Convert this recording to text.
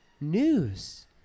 news